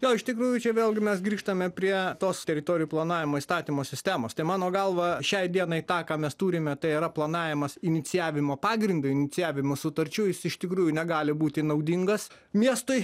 jo iš tikrųjų čia vėlgi mes grįžtame prie tos teritorijų planavimo įstatymo sistemos tai mano galva šiai dienai tą ką mes turime tai yra planavimas inicijavimo pagrindu inicijavimo sutarčių jis iš tikrųjų negali būti naudingas miestui